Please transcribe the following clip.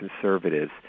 conservatives